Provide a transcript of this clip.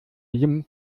jim